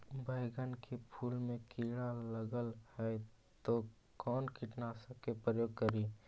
बैगन के फुल मे कीड़ा लगल है तो कौन कीटनाशक के प्रयोग करि?